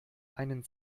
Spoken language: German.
einen